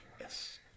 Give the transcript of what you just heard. Yes